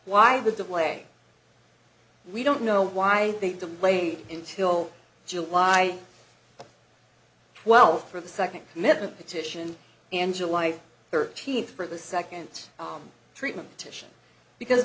why the delay we don't know why they delaying in till july twelfth for the second commitment petition and july thirteenth for the second treatment titian because